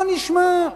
בוא נשמע,